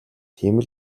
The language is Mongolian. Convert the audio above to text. тийм